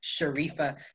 Sharifa